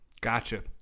Gotcha